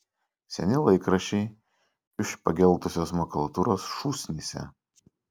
seni laikraščiai kiuš pageltusios makulatūros šūsnyse